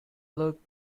looked